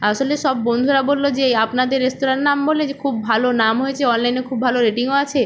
আসলে সব বন্ধুরা বলল যে আপনাদের রেস্তোরাঁর নাম বললে যে খুব ভালো নাম হয়েছে অনলাইনে খুব ভালো রেটিংও আছে